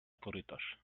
korytarz